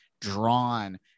drawn